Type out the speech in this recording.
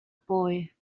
boy